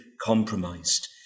compromised